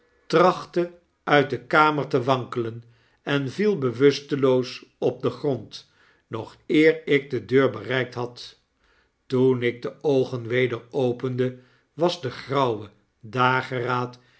trachtte uit de kamer te wankelen en viel bewusteloos op den grond nog eer ik de deur bereikt had toen ik de oogen weder opende was degrauwe dageraad